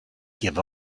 give